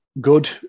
good